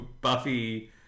Buffy